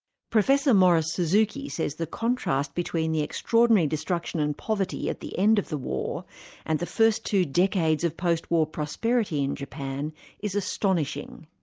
professor morris-suzuki says the contrast between the extraordinary destruction and poverty at the end of the war and the first two decades of post-war prosperity in japan is astonishing.